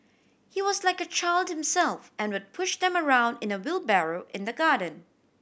he was like a child himself and would push them around in a wheelbarrow in the garden